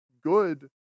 good